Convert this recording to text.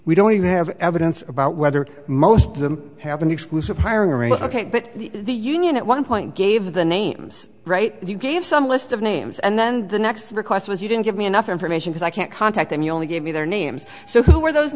we don't have evidence about whether most of them have an exclusive hiring but the union at one point gave the names right you gave some list of names and then the next request was you didn't give me enough information that i can't contact them you only gave me their names so who were those